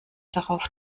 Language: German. drauf